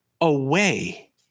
away